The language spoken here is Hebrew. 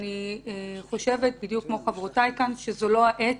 אני חושבת בדיוק כמו חברותיי כאן שזאת לא העת.